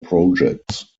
projects